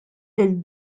lil